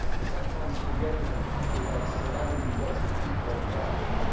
we sometimes forget in our country that celebrity doesn't equal wealth.